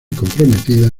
comprometida